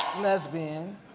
lesbian